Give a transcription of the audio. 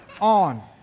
on